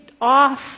off